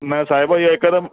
न साहिबु इहा हिकदमि